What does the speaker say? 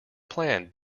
plan